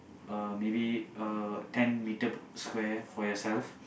uh maybe uh ten meter square for yourself